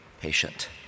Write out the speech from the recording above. patient